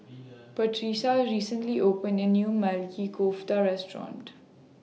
Patrica recently opened A New Maili Kofta Restaurant